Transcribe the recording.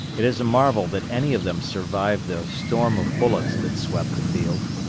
it is a marvel that any of them survived the storm of bullets that swept the field.